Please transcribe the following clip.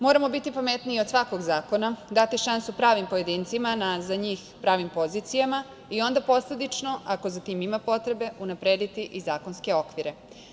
Moramo biti pametniji od svakog zakona, dati šansu pravim pojedincima na za njih pravim pozicijama i onda posledično, ako za tim ima potrebe unaprediti i zakonske okvire.